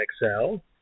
Excel